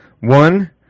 One